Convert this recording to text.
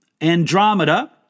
Andromeda